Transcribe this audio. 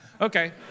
Okay